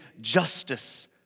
justice